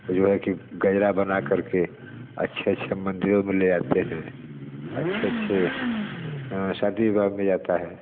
वह जो है कि गजरा बनाकर के अच्छे अच्छे मंदिरों में ले जाते हैं अच्छे अच्छे शादी ब्याह में जाता है